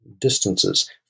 distances